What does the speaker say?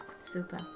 Super